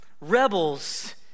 rebels